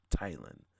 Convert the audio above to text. Thailand